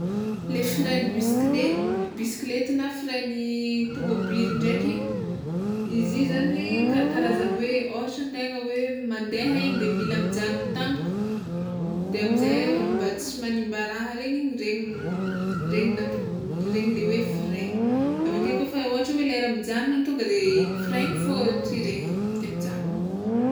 Le frein'ny busikin- bisiklety na frein'ny tômôbiligny ndraiky, izy io zany karakarazany hoe ôhatra antegna hoe mandeha igny de mila mijanono tampoka de amizay mba tsy magnimba raha regny igny regny regny nat- regny le hoe frein, aveke koa fa ôhatra hoe mijanono tonga de frein igny fôgna tirena de mijanono.